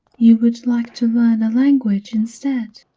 you would like to learn a language instead?